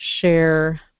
share